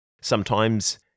sometimes-